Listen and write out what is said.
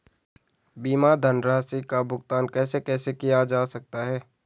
बीमा धनराशि का भुगतान कैसे कैसे किया जा सकता है?